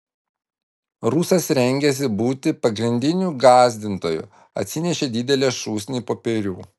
rusas rengėsi būti pagrindiniu gąsdintoju atsinešė didelę šūsnį popierių